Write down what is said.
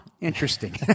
interesting